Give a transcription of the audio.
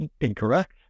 incorrect